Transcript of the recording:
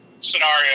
scenario